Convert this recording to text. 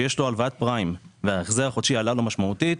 שיש לו הלוואת פריים וההחזר שלו עלה משמעותית,